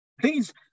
please